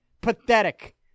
pathetic